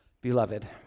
Beloved